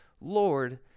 Lord